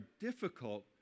difficult